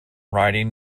riding